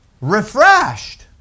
Refreshed